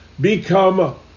become